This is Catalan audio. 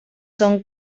són